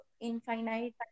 infinite